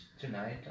tonight